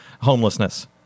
homelessness